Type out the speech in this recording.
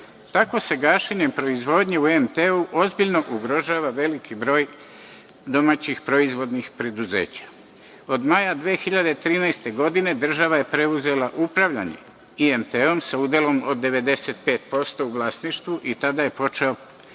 zaposlenih. Gašenjem proizvodnje u IMT-u se ozbiljno ugrožava veliki broj domaćih proizvodnih preduzeća. Od maja 2013. godine država je preuzela upravljanje IMT-om sa udelom od 95% u vlasništvu i tada je počeo proces